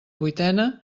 vuitena